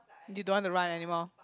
you don't want to run anymore